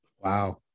Wow